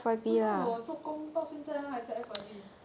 为什么我做工到现在他还在 F_Y_P